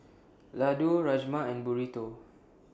Ladoo Rajma and Burrito